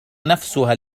نفسها